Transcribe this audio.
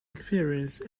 experience